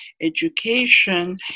education